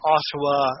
Ottawa